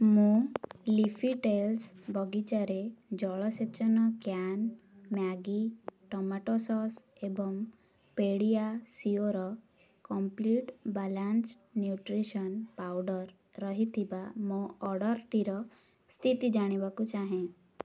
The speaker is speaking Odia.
ମୁଁ ଲିଫି ଟେଲ୍ସ ବଗିଚାରେ ଜଳସେଚନ କ୍ୟାନ୍ ମ୍ୟାଗି ଟମାଟୋ ସସ୍ ଏବଂ PediaSure complete balance nutrition powder ରହିଥିବା ମୋ ଅର୍ଡ଼ର୍ଟିର ସ୍ଥିତି ଜାଣିବାକୁ ଚାହେଁ